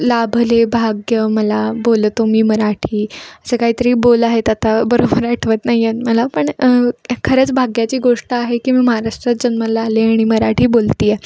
लाभले भाग्य मला बोलतो मी मराठी असं काहीतरी बोल आहेत आता बरोबर आठवत नाही आहेत मला पण हे खरंच भाग्याची गोष्ट आहे की मी महाराष्ट्रात जन्माला आले आणि मराठी बोलते आहे